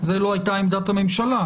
זאת לא הייתה עמדת הממשלה.